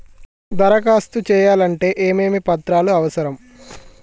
దరఖాస్తు చేయాలంటే ఏమేమి పత్రాలు అవసరం?